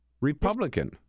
Republican